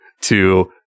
to-